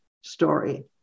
story